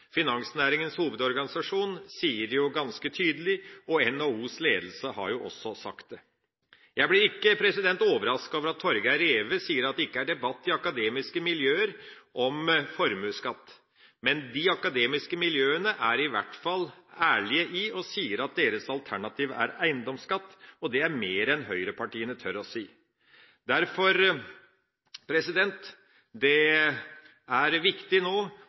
Finansnæringens Hovedorganisasjon sier det ganske tydelig. NHOs ledelse har også sagt det. Jeg blir ikke overrasket over at Torger Reve sier at det ikke er debatt i akademiske miljøer om formuesskatt. Men de akademiske miljøene er i hvert fall ærlige og sier at deres alternativ er eiendomsskatt. Det er mer enn høyrepartiene tør å si. Det er viktig nå